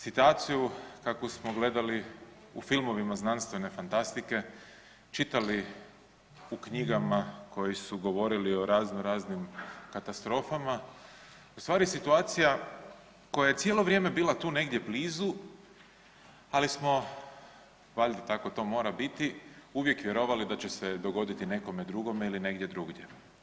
Situaciju kakvu smo gledali u filmovima znanstvene fantastike, čitali u knjigama koje su govorile o raznoraznim katastrofama, ustvari situacija koja je cijelo vrijeme bila tu negdje blizu, ali smo valjda tako to mora biti, uvijek vjerovali da će se dogoditi nekome drugome ili negdje drugdje.